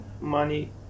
money